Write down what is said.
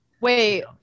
wait